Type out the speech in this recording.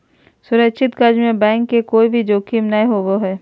सुरक्षित कर्ज में बैंक के कोय भी जोखिम नय होबो हय